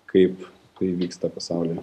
kaip tai vyksta pasaulyje